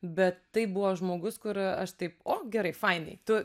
bet tai buvo žmogus kur aš taip o gerai fainai tu